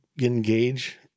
engage